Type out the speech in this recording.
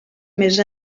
més